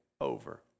over